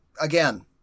Again